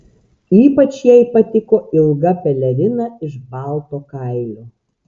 ypač jai patiko ilga pelerina iš balto kailio